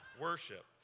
worship